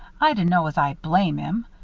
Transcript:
i dunno as i blame him.